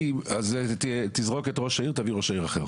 אז תזרוק את ראש העיר, תביא ראש עיר אחר.